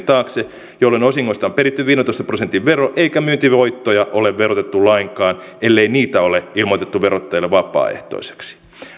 taakse jolloin osingoista on peritty viidentoista prosentin vero eikä myyntivoittoja ole verotettu lainkaan ellei niitä ole ilmoitettu verottajalle vapaaehtoisesti